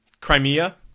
Crimea